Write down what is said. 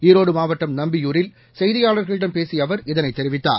ஈரோடு மாவட்டம் நம்பியூரில் செய்தியாளர்களிடம் பேசிய அவர் இதனை தெரிவித்தார்